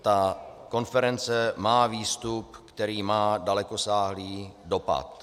Ta konference má výstup, který má dalekosáhlý dopad.